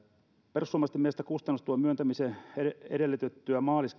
perussuomalaisten mielestä kustannustuen myöntämiseen edellytettyä maalis